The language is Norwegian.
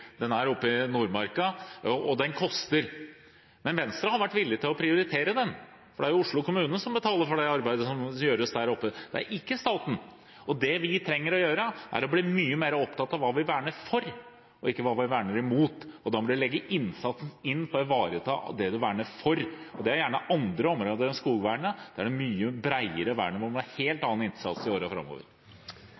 den er i Nordmarka, og den koster. Venstre har vært villig til å prioritere den, for det er Oslo kommune som betaler for det arbeidet som må gjøres der, det er ikke staten. Det vi trenger å gjøre, er å bli mye mer opptatt av hva vi verner for, og ikke hva vi verner imot, og da må vi legge innsatsen inn på å ivareta det vi verner for. Det er gjerne andre områder enn skogvernet, der det er et mye bredere vern, og der vi må ha en helt